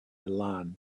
milan